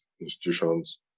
institutions